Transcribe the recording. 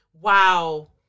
Wow